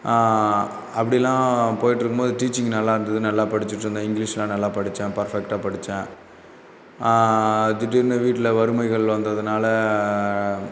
அப்படிலான் போயிட்ருக்கும் போது டீச்சிங் நல்லா இருந்தது நல்லா படிச்சிட்டிருந்தேன் இங்கிலிஷ்லாம் நல்லா படித்தேன் பர்ஃபெக்ட்டாக படித்தேன் திடீர்னு வீட்டில் வறுமைகள் வந்ததினால